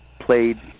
played